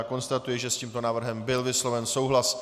Konstatuji, že s tímto návrhem byl vysloven souhlas.